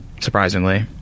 Surprisingly